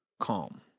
calm